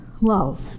love